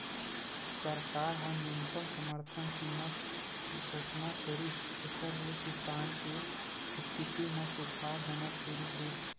सरकार ह न्यूनतम समरथन कीमत घोसना करिस जेखर ले किसान के इस्थिति म सुधार होना सुरू होइस